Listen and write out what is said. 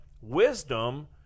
wisdom